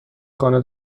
خانه